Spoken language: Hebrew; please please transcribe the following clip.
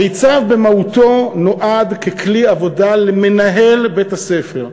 המיצ"ב במהותו נועד להיות כלי עבודה למנהל בית-הספר,